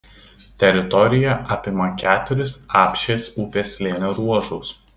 teritorija apima keturis apšės upės slėnio ruožus